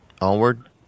Onward